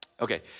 Okay